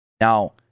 Now